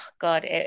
god